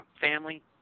family